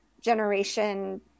generation